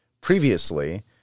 Previously